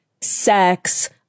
sex